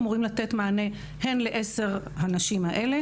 אמורים לתת מענה הן לעשר הנשים האלה